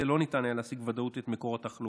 לא ניתן היה להשיג בוודאות את מקור התחלואה.